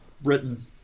Britain